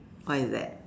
what is that